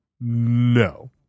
no